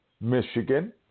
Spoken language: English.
Michigan